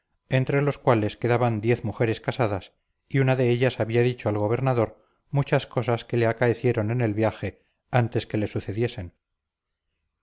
entre los cuales quedaban diez mujeres casadas y una de ellas había dicho al gobernador muchas cosas que le acaecieron en el viaje antes que le sucediesen